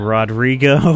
Rodrigo